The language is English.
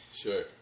sure